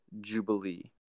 jubilee